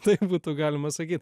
taip būtų galima sakyt